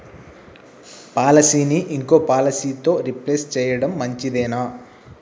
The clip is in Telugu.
పాలసీని ఇంకో పాలసీతో రీప్లేస్ చేయడం మంచిదేనా?